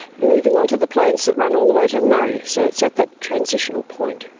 moving on to the plains that run all the way to the murray. so it's at that transitional point.